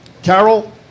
Carol